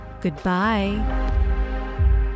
Goodbye